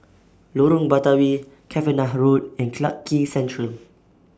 Lorong Batawi Cavenagh Road and Clarke Quay Central